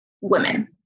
women